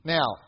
Now